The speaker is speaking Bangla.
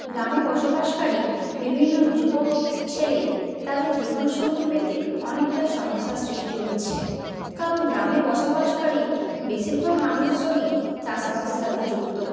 গ্রামে বসবাসকারী বিভিন্ন যুবক ছেলে তাদের জীবন সঙ্গী পেতে অনেকটাই সমস্যার সৃষ্টি হচ্ছে কারণ গ্রামে বসবাসকারী বেশিরভাগ মানুষজনই চাষবাসের সাথে যুক্ত